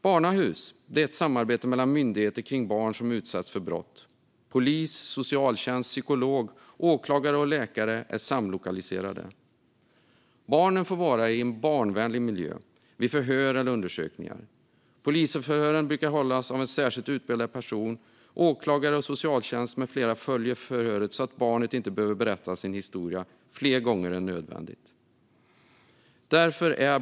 Barnahus är ett samarbete mellan myndigheter kring barn som utsatts för brott. Polis, socialtjänst, psykolog, åklagare och läkare är samlokaliserade. Barnet får vara i en barnvänlig miljö vid förhör eller undersökningar. Polisförhören brukar hållas av en särskilt utbildad person, och åklagare, socialtjänst med flera följer förhöret så att barnet inte behöver berätta sin historia fler gånger än nödvändigt.